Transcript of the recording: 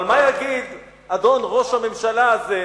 אבל מה יגיד אדון ראש הממשלה הזה,